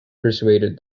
persuaded